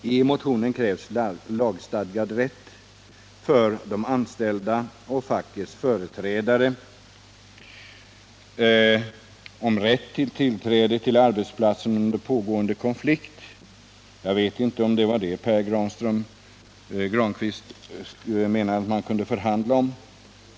I motionen krävs lagstadgad rätt för de anställda och fackets företrädare till tillträde till arbetsplatsen under pågående konflikt. Jag vet inte om det var detta Pär Granstedt menade att man kunde förhandla om.